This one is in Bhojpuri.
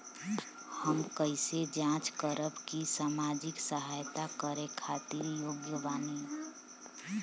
हम कइसे जांच करब की सामाजिक सहायता करे खातिर योग्य बानी?